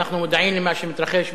אנחנו מודעים למה שמתרחש מסביבנו.